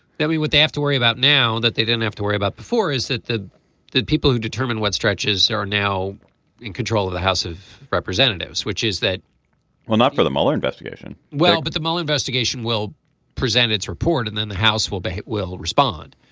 that we would have to worry about now that they didn't have to worry about before is that the the people who determine what stretches are now in control of the house of representatives which is that well not for the mueller investigation. well but the mole investigation will present its report and then the house will be hit will respond.